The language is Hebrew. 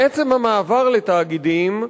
מעצם המעבר לתאגידים,